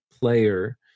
player